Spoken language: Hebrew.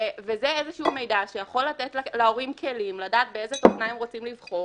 זה איזשהו מידע שיכול לתת להורים כלים לדעת באיזה תוכנה הם רוצים לבחור,